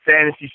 fantasy